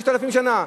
5,000 שנה?